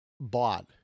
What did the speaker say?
bought